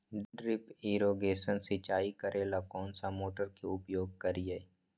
Drip irrigation सिंचाई करेला कौन सा मोटर के उपयोग करियई?